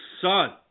son